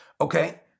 Okay